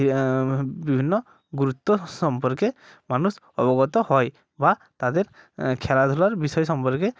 ধী বিভিন্ন গুরুত্ব সম্পর্কে মানুষ অবগত হয় বা তাদের খেলাধুলার বিষয় সম্পর্কে